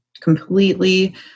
completely